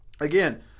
again